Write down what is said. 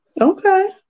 Okay